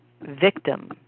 victim